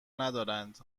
ندارند